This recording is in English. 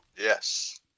Yes